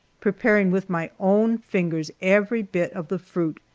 preparing with my own fingers every bit of the fruit,